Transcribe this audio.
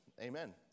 Amen